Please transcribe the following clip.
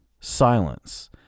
Silence